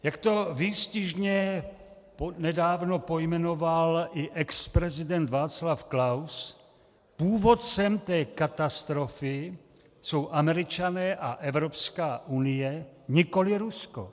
Jak to výstižně nedávno pojmenoval i exprezident Václav Klaus, původcem té katastrofy jsou Američané a Evropská unie, nikoliv Rusko.